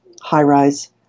high-rise